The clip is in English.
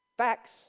Facts